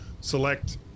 select